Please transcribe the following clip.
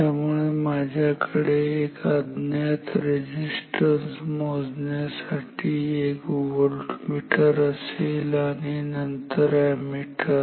त्यामुळे जर माझ्याकडे एक अज्ञात रेझिस्टन्स मोजण्यासाठी एक व्होल्टमीटर असेल आणि नंतर अॅमीटर